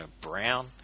Brown